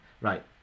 Right